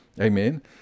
Amen